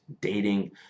dating